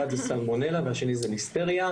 אחד זה סלמונלה והשני זה ליסטריה,